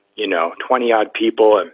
you know. twenty odd people. and